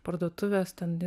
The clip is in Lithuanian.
parduotuvės ten